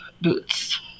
boots